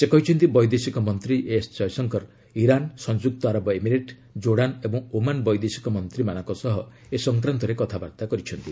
ସେ କହିଛନ୍ତି ବୈଦେଶିକ ମନ୍ତ୍ରୀ ଏସ୍ ଜୟଶଙ୍କର ଇରାନ୍ ସଂଯୁକ୍ତ ଆରବ ଏମିରେଟ୍ ଜୋର୍ଡ଼ାନ ଏବଂ ଓମାନ ବୈଦେଶିକ ମନ୍ତ୍ରୀମାନଙ୍କ ସହ ଏ ସଂକ୍ରାନ୍ତରେ କଥାବାର୍ତ୍ତା କରିଛନ୍ତି